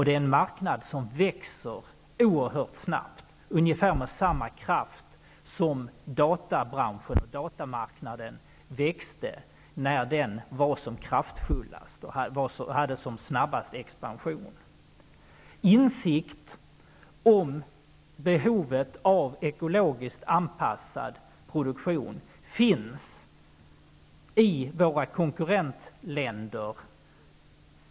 Det är en marknad som växer oerhört snabbt, ungefär med samma kraft som databranschen och datamarknaden växte när den var som kraftfullast och dess expansion som snabbast. Insikten om behovet av ekologiskt anpassad produktion finns i våra konkurrentländer.